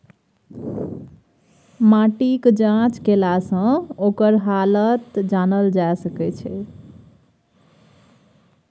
माटिक जाँच केलासँ ओकर हालत जानल जा सकैत छै